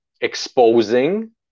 exposing